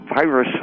virus